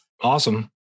Awesome